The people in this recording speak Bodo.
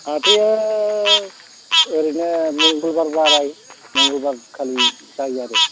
हाथाया ओरैनो मंगलबार बाराय मंगलबाराखालि जायो आरो